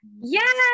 Yes